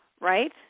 Right